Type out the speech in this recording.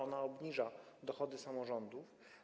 Ona obniża dochody samorządów.